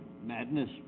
Madness